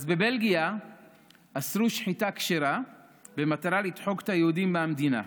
אז בבלגיה עצרו שחיטה כשרה במטרה לדחוק את היהודים מהמדינה.